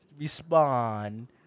Respond